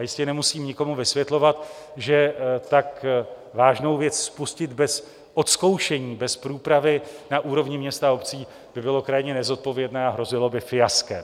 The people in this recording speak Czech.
A jistě nemusím nikomu vysvětlovat, že tak vážnou věc spustit bez odzkoušení, bez průpravy na úrovni měst a obcí, by bylo krajně nezodpovědné a hrozilo by fiaskem.